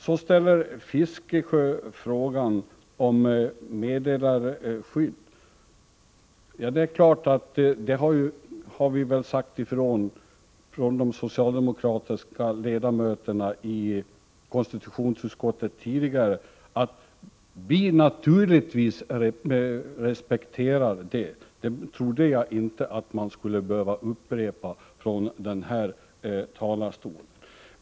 Sedan ställer Bertil Fiskesjö en fråga om meddelarskydd. Vi har givetvis, från de socialdemokratiska ledamöterna i konstitutionsutskottet, redan tidigare sagt ifrån att vi respekterar detta, och det trodde jag inte att jag skulle behöva upprepa från den här talarstolen.